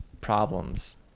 problems